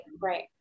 right